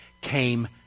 came